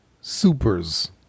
Supers